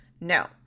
No